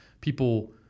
People